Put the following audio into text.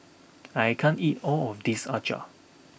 I can't eat all of this acar